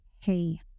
hey